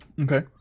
Okay